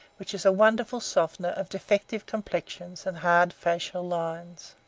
which is a wonderful softener of defective complexions and hard facial lines.